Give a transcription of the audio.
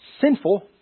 sinful